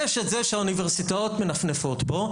יש את זה שהאוניברסיטאות מנפנפות בו,